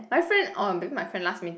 my friend orh maybe my friend last meet